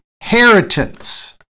inheritance